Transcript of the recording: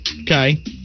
okay